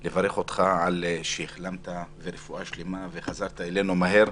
אני רוצה לברך אותך על שהחלמת וחזרת אלינו מהר.